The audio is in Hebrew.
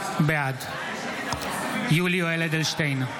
בעד יולי יואל אדלשטיין,